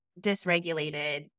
dysregulated